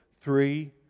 Three